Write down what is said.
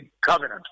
covenant